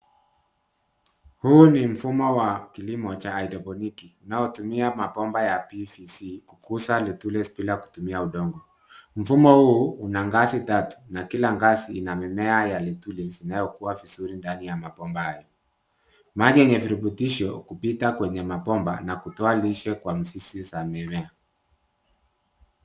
Huu ni mfumo wa kilimo cha haidroponiki, unaotumia mabomba ya PVC, kukuza lettuce bila kutumia udongo. Mfumo huu, una ngazi tatu, na kila ngazi ina mimea ya lettuce zinayokua vizuri ndani ya mabomba hayo. Mahali yenye virutubisho, kupita kwenye mabomba na kutoa lishe kwa mzizi za mimea.